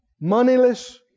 moneyless